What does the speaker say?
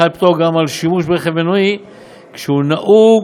חל פטור גם על שימוש ברכב מנועי כשהוא נהוג